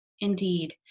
Indeed